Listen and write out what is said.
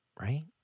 right